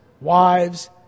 wives